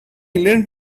learn